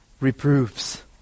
reproves